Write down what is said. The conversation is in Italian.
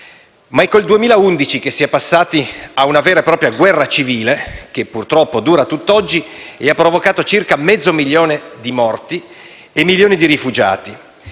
Ma è con il 2011 che si è passati a una vera e propria guerra civile, che purtroppo dura tutt'oggi e ha provocato circa mezzo milione di morti e milioni di rifugiati